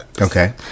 Okay